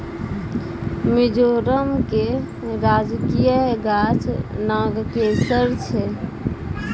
मिजोरम के राजकीय गाछ नागकेशर छै